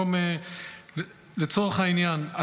לצורך העניין,